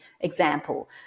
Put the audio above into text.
example